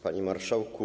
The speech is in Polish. Panie Marszałku!